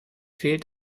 fehlt